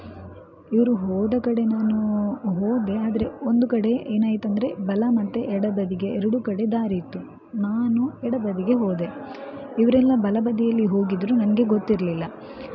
ಇವರು ಹೋದ ಕಡೆ ನಾನು ಹೋದೆ ಆದರೆ ಒಂದು ಕಡೆ ಏನಾಯ್ತಂದ್ರೆ ಬಲ ಮತ್ತು ಎಡ ಬದಿಗೆ ಎರಡೂ ಕಡೆ ದಾರಿ ಇತ್ತು ನಾನು ಎಡ ಬದಿಗೆ ಹೋದೆ ಇವರೆಲ್ಲ ಬಲ ಬದಿಯಲ್ಲಿ ಹೋಗಿದ್ದರು ನನಗೆ ಗೊತ್ತಿರಲಿಲ್ಲ